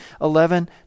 eleven